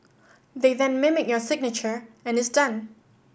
they then mimic your signature and it's done